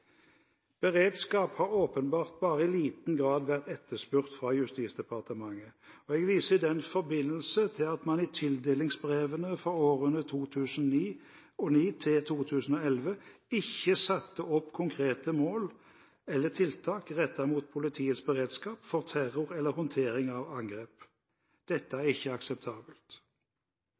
Beredskap har åpenbart bare i liten grad vært etterspurt fra Justisdepartementet. Jeg viser i den forbindelse til at man i tildelingsbrevene for årene 2009 til 2011 ikke satte opp konkrete mål eller tiltak rettet mot politiets beredskap for terror eller håndtering av angrep. Dette er ikke akseptabelt.